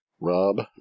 Rob